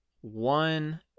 one